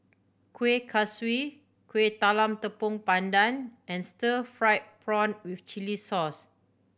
Kueh Kaswi Kueh Talam Tepong Pandan and stir fried prawn with chili sauce